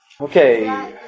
okay